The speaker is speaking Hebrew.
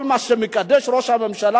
כל מה שמקדש ראש הממשלה,